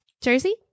jersey